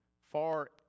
far